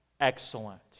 excellent